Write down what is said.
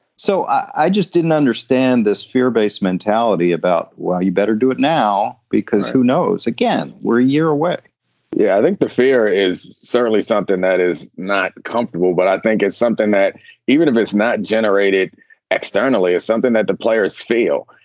so i just didn't understand this fear-based mentality about, well, you better do it now, because who knows? again, we're a year away yeah, i think the fear is certainly something that is not comfortable. but i think it's something that even if it's not generated externally, is something that the players feel.